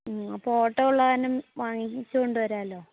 മ്മ് auto ഉള്ളത് കാരണം വാങ്ങിക്കൊണ്ട് വരാമല്ലോ